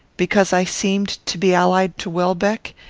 because i seemed to be allied to welbeck,